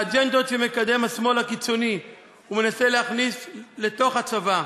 האג'נדות שמקדם השמאל הקיצוני ומנסה להכניס לתוך הצבא,